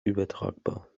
übertragbar